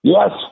Yes